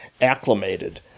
acclimated